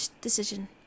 decision